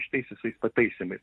šitais visais pataisymais